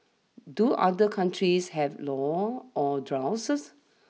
do other countries have laws on drones